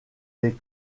les